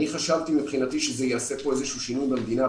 אני חשבתי מבחינתי שזה יעשה כאן איזשהו שינוי במדינה,